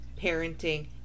parenting